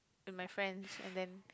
with my friends and then